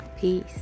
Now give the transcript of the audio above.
Peace